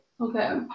okay